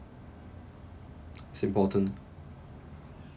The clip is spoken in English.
it's important